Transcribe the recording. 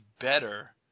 better